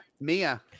Mia